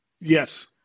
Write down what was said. Yes